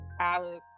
Alex